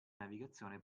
navigazione